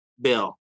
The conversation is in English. Bill